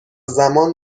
زمان